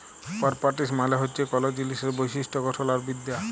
properties মালে হছে কল জিলিসের বৈশিষ্ট গঠল আর বিদ্যা